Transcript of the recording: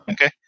okay